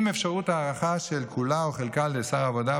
עם אפשרות הארכה של כולה או חלקה על ידי שר העבודה,